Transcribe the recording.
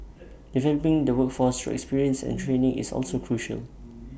developing the workforce through experience and training is also critical